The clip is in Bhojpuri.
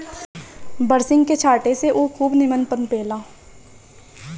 बरसिंग के छाटे से उ खूब निमन पनपे ला